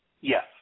Yes